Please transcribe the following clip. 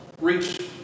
reach